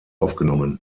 aufgenommen